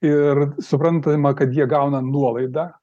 ir suprantama kad jie gauna nuolaidą